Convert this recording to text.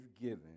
given